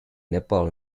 nepal